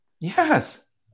Yes